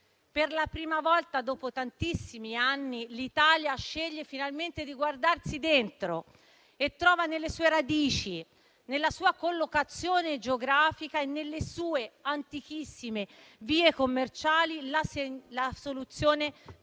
Per la prima volta, dopo tantissimi anni, l'Italia sceglie finalmente di guardarsi dentro e trova nelle sue radici, nella sua collocazione geografica e nelle sue antichissime vie commerciali, la soluzione per